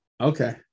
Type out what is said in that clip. okay